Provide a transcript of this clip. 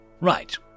Right